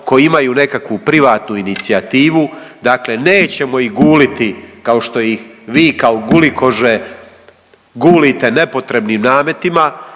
koji imaju nekakvu privatnu inicijativu, dakle nećemo ih guliti kao što ih vi kao gulikože gulite nepotrebnim nametima,